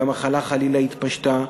והמחלה, חלילה, התפשטה.